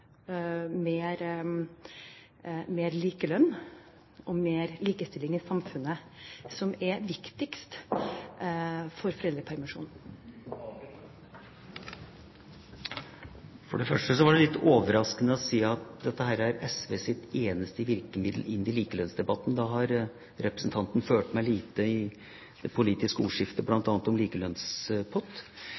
mer likestilt foreldreskap, mer likelønn og mer likestilling i samfunnet som er viktigst med foreldrepermisjon? For det første var det litt overraskende å høre at dette er SVs eneste virkemiddel inn i likelønnsdebatten. Da har representanten fulgt med lite i det politiske ordskiftet bl.a. om likelønnspott.